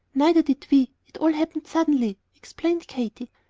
neither did we it all happened suddenly, explained katy.